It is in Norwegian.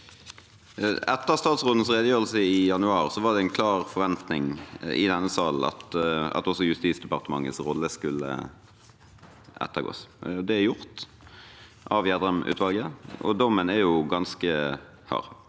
Etter statsrådens redegjørelse i januar var det en klar forventning i denne salen at også Justisdepartementets rolle skulle ettergås. Det er gjort av Gjedrem-utvalget, og dommen er ganske hard.